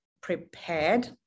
prepared